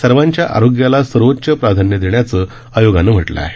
सर्वांच्या आरोग्याला सर्वोच्च प्राधान्य देण्याचं आयोगानं म्हटलं आहे